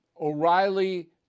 O'Reilly